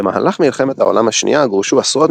במהלך מלחמת העולם השנייה גורשו עשרות